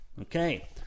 Okay